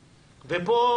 ופה,